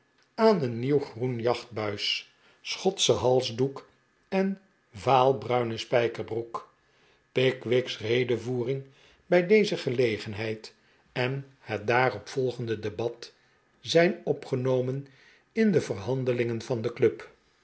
aan een nieuw groen jachtbuis schotschen halsdoek en vaalbruine spanbroek pickwick's redevoering bij deze gelegenhejd en het daarop volgende debat zijn ppgenomen in de verhandelingen van de club